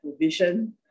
provision